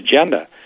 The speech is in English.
agenda